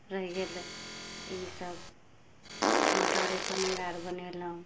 रहि गेल ईसब मटरे पनीर आर बनेलहुँ